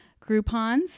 groupons